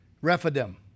Rephidim